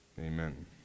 Amen